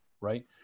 right